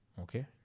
Okay